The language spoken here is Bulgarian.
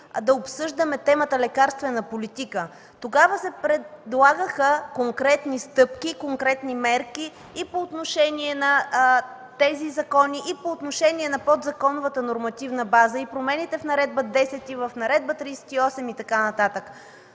да обсъждаме темата „Лекарствена политика“. Тогава се предлагаха конкретни стъпки, конкретни мерки и по отношение на тези закони, и по отношение на подзаконовата нормативна база, промените в Наредба № 10 и в Наредба № 38, и така нататък.